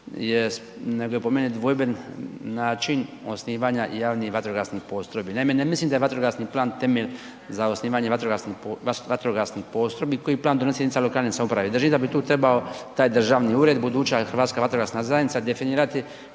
nego je po meni dvojben način osnivanja javnih vatrogasnih postrojbi. Naime, ne mislim da je vatrogasni plan temelj za osnivanje vatrogasnih postrojbi koji plan donosi jedinica lokalne samouprave, držim da bi tu trebao taj državni ured buduća Hrvatska vatrogasna zajednica definirati